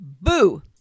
Boo